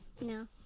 No